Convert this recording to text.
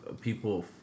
people